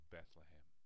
Bethlehem